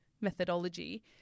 methodology